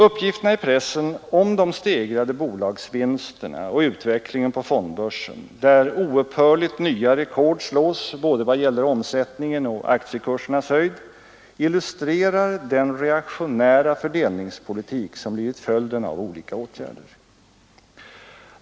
Uppgifterna i pressen om de stegrade bolagsvinsterna och utvecklingen på fondbörsen, där oupphörligt nya rekord slås vad gäller både omsättningen och aktiekursernas höjd, illustrerar den reaktionära fördelningspolitik som blivit följden av olika åtgärder.